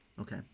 Okay